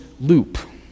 loop